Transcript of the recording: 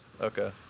Okay